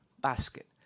basket